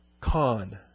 Con